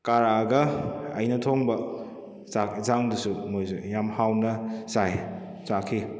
ꯀꯥꯔꯛꯑꯒ ꯑꯩꯅ ꯊꯣꯡꯕ ꯆꯥꯛ ꯌꯦꯟꯁꯥꯡꯗꯨꯁꯨ ꯃꯣꯏꯁꯨ ꯌꯥꯝ ꯍꯥꯎꯅ ꯆꯥꯏ ꯆꯥꯈꯤ